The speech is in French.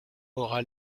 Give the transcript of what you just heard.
aura